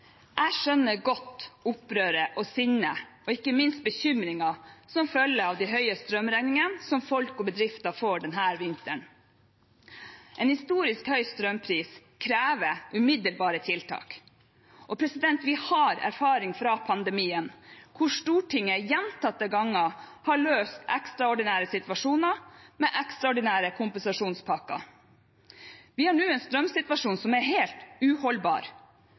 Jeg skjønner godt opprøret og sinnet og ikke minst bekymringen som følger av de høye strømregningene som folk og bedrifter får denne vinteren. En historisk høy strømpris krever umiddelbare tiltak. Vi har erfaring fra pandemien, hvor Stortinget gjentatte ganger har løst ekstraordinære situasjoner med ekstraordinære kompensasjonspakker. Vi har nå en strømsituasjon som er helt uholdbar.